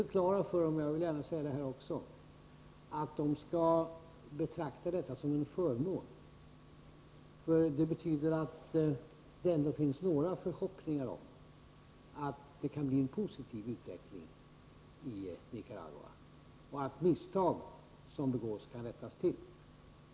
Jag har försökt att göra klart att detta skall betraktas som en förmån. Det betyder att det ändå finns anledning att ha vissa förhoppningar om en positiv utveckling i Nicaragua och om att misstag som begås kan rättas till.